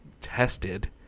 tested